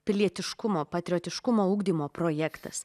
pilietiškumo patriotiškumo ugdymo projektas